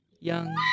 young